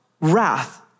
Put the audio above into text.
wrath